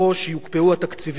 לגוטרמן שם,